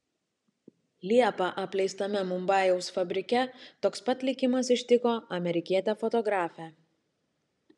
liepą apleistame mumbajaus fabrike toks pat likimas ištiko amerikietę fotografę